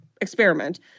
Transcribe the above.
experiment